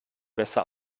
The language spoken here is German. besser